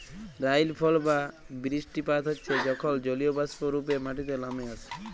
রাইলফল বা বিরিস্টিপাত হচ্যে যখল জলীয়বাষ্প রূপে মাটিতে লামে আসে